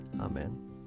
Amen